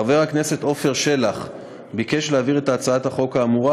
חבר הכנסת עפר שלח ביקש להעביר את הצעת החוק האמורה